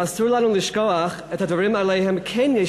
אסור לנו לשכוח את הדברים שעליהם כן יש